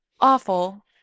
awful